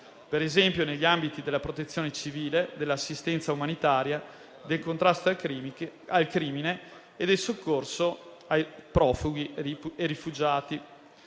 per esempio negli ambiti della protezione civile, dell'assistenza umanitaria, del contrasto al crimine e del soccorso ai profughi e rifugiati.